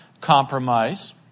compromise